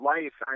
Life